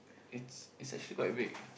it's it's actually quite big